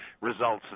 results